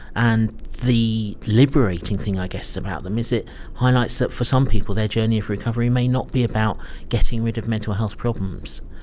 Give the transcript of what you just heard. and the liberating thing i guess about them is it highlights that for some people their journey of recovery may not be about getting rid of mental health problems.